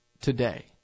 today